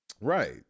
Right